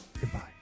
goodbye